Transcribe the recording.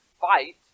fight